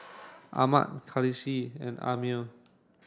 Ahmad Khalish and Ammir